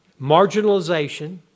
Marginalization